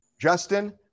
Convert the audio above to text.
Justin